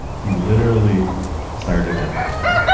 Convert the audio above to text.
and he literally started at the bottom.